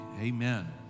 Amen